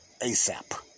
ASAP